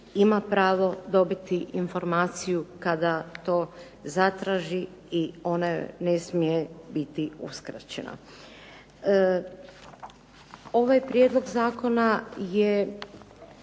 ima pravo dobiti informaciju kada to zatraži i ona joj ne smije biti uskraćena. Ovaj prijedlog zakona je,